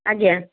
ଆଜ୍ଞା